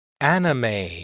Anime